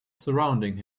surrounding